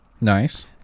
Nice